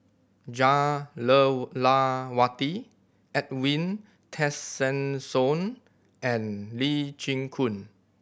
Jah Lelawati Edwin Tessensohn and Lee Chin Koon